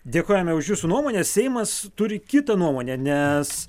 dėkojame už jūsų nuomonę seimas turi kitą nuomonę nes